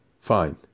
Fine